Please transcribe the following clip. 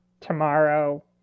Tomorrow